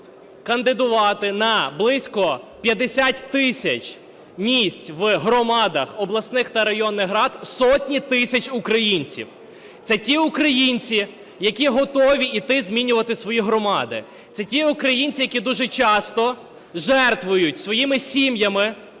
кандидувати на близько 50 тисяч місць в громадах обласних та районних рад сотні тисяч українців. Це ті українці, які готові йти змінювати свої громади. Це ті українці, які дуже часто жертвують своїми сім'ями,